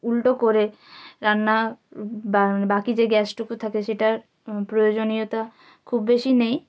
উলটো করে রান্না বাকি যে গ্যাসটুকু থাকে সেটা প্রয়োজনীয়তা খুব বেশি নেই